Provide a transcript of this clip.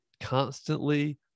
constantly